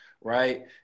Right